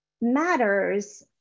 matters